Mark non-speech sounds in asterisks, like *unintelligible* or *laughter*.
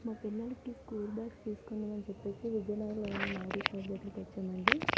మా పిల్లలకి school bags తీసుకోవాలి అని చెప్పేసి విజయనగరంలోని *unintelligible* వచ్చామండి